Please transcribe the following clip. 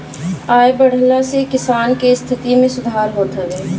आय बढ़ला से किसान के स्थिति में सुधार होत हवे